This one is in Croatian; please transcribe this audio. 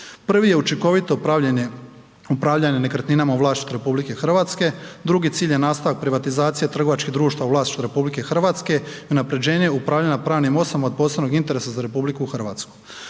Prvi je učinkovito upravljanje nekretninama u vlasništvu RH, drugi cilj je nastavak privatizacije trgovačkih društava u vlasništvu RH i unaprjeđenje upravljanja pravnim osobama od posebnog interesa za RH.